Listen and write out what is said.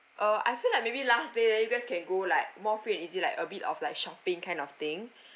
uh I feel like maybe last day you guys can go like more free and easy like a bit of like shopping kind of thing